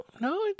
no